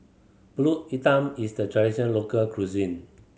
Pulut Hitam is the traditional local cuisine